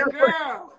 girl